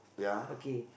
okay